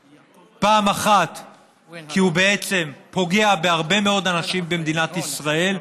1. כי הוא בעצם פוגע בהרבה מאוד אנשים במדינת ישראל,